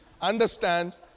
understand